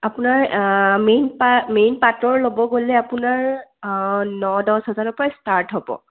আপোনাৰ মেইন পা মেইন পাটৰ ল'ব গ'লে আপোনাৰ ন দছ হাজাৰৰ পৰা ষ্টাৰ্ট হ'ব